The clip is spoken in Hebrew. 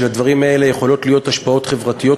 שלדברים האלה יכולות להיות השפעות חברתיות